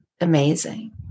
amazing